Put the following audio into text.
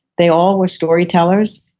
they all were story tellers,